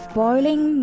boiling